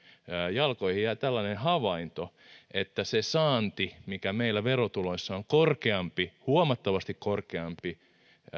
jalkoihin jää tällainen havainto että se saanti mikä meillä verotuloissa on korkeampi huomattavasti korkeampi